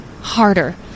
Harder